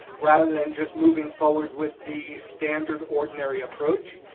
rather than just moving forward with the standard, ordinary approach.